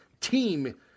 team